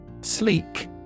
Sleek